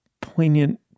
poignant